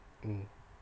mm